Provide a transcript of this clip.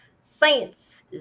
science